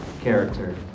character